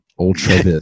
ultra